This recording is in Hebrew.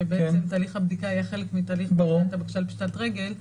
שבעצם תהליך הבדיקה יהיה חלק מתהליך בדיקת הבקשה לפשיטת רגל,